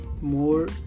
more